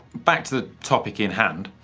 back to the topic in hand.